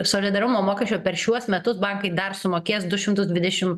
solidarumo mokesčio per šiuos metus bankai dar sumokės du šimtus dvidešim